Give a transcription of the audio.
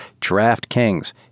DraftKings